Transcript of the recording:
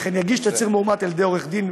ויגיש תצהיר מאומת על-ידי עורך-דין,